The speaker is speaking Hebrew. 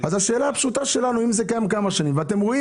אם זה קיים כבר כמה שנים ואתם רואים